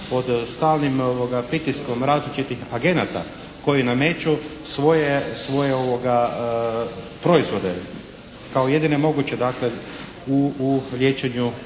pod stalnim pritiskom različitih agenata koji nameću svoje proizvode kao jedine moguće, dakle u liječenju